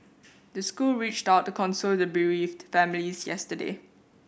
the school reached out to console the bereaved families yesterday